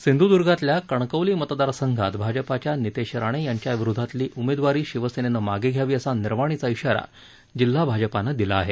सिंधुद्र्गातल्या कणकवली मतदार संघात भाजपच्या नितेश राणे यांच्याविरोधातली उमेदवारी शिवसेनेन मागे घ्यावी असा निर्वाणीचा ौरा जिल्हा भाजपानं दिला आहे